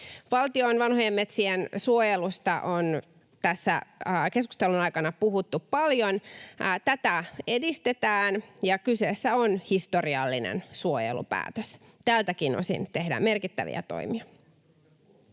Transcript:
Valtion vanhojen metsien suojelusta on tässä keskustelun aikana puhuttu paljon. Tätä edistetään, ja kyseessä on historiallinen suojelupäätös. Tältäkin osin tehdään merkittäviä toimia.